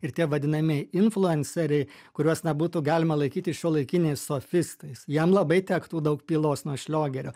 ir tie vadinami influenceriai kuriuos na būtų galima laikyti šiuolaikiniais sofistais jiem labai tektų daug pylos nuo šliogerio